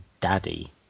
daddy